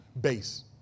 base